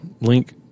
link